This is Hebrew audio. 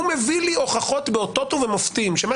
והוא מביא לי הוכחות באותות ובמופתים שמה